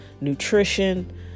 nutrition